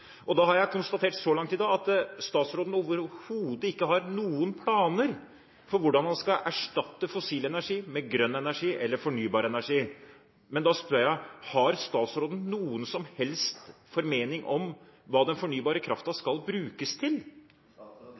og fornybar energi. Jeg konstaterer så langt i dag at statsråden overhodet ikke har noen planer for hvordan han skal erstatte fossil energi med grønn energi eller fornybar energi. Og da spør jeg: Har statsråden noen som helst formening om hva den fornybare kraften skal brukes til?